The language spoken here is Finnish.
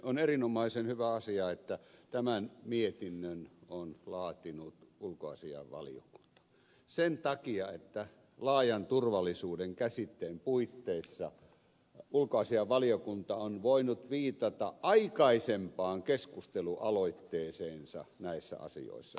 on erinomaisen hyvä asia että tämän mietinnön on laatinut ulkoasiainvaliokunta sen takia että laajan turvallisuuden käsitteen puitteissa ulkoasiainvaliokunta on voinut viitata aikaisempaan keskustelualoitteeseensa näissä asioissa